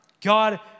God